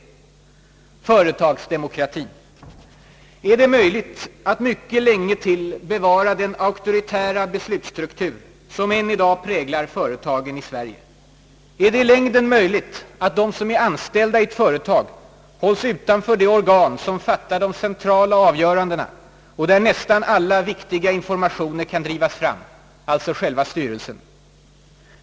Jag tar först upp frågan om företagsdemokratien, är det möjligt att mycket länge till bevara den auktoritära beslutsstruktur som än i dag präglar företagen i Sverige? är det i längden möjligt att de som är anställda i ett företag hålls utanför det organ som fattar de centrala avgörandena och där nästan alla viktiga informationer kan drivas fram, alltså själva styrelsen?